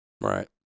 Right